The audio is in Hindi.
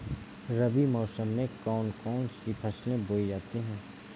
रबी मौसम में कौन कौन सी फसलें बोई जाती हैं?